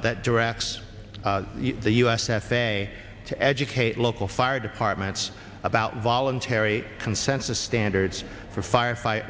that directs the u s f a a to educate local fire departments about voluntary consensus standards for fire